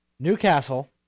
Newcastle